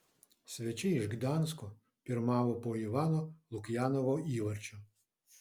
svečiai iš gdansko pirmavo po ivano lukjanovo įvarčio